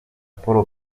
paul